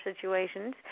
situations